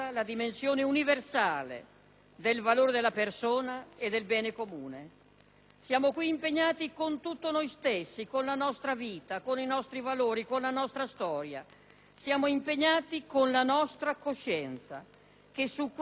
Siamo qui impegnati con tutto noi stessi, con la nostra vita, con i nostri valori, con la nostra storia. Siamo impegnati con la nostra coscienza, che su questi temi è la prima, direi l'unica cifra della politica.